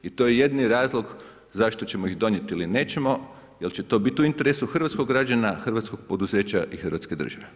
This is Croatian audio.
I to je jedini razlog zašto ćemo ih donijeti ili nećemo jer će to biti u interesu hrvatskog građana, hrvatskog poduzeća i hrvatske države.